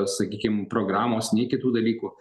sakykim programos nei kitų dalykų